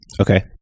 okay